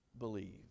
believe